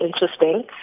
interesting